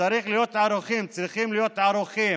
צריך להיות ערוכים, צריכים להיות ערוכים